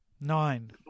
Nine